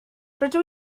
rydw